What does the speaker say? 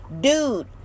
dude